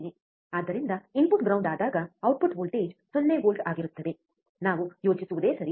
ಆದ್ದರಿಂದ input ground ಆದಾಗ output voltage 0 volt ಆಗಿರುತ್ತದೆ ನಾವು ಯೋಚಿಸುವುದೇ ಸರಿ